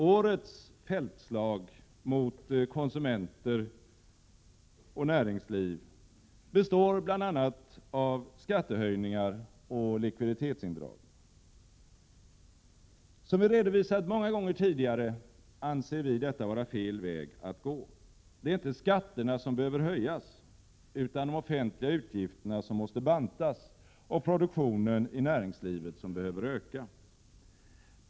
Årets ”Feldt-slag” mot konsumenter och näringsliv består bl.a. av skattehöjningar och likviditetsindragning. Som vi redovisat många gånger tidigare anser vi att detta är fel väg att gå. Det är inte skatterna som behöver höjas utan de offentliga utgifterna som måste bantas. Produktionen i näringslivet behöver öka.